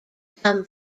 come